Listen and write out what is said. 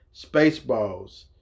Spaceballs